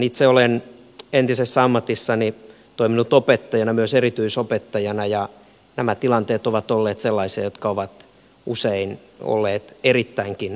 itse olen entisessä ammatissani toiminut opettajana myös erityisopettajana ja nämä tilanteet ovat olleet sellaisia jotka ovat usein olleet erittäinkin rankkoja